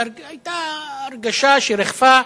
היתה הרגשה שריחפה,